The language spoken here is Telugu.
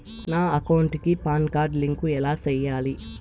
నా అకౌంట్ కి పాన్ కార్డు లింకు ఎలా సేయాలి